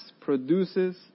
produces